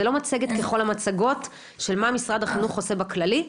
זה לא מצגת ככל המצגות של מה משרד החינוך עושה בכללי.